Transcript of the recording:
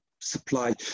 supply